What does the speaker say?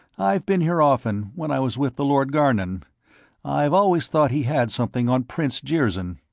i've been here often, when i was with the lord garnon i've always thought he had something on prince jirzyn.